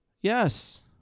Yes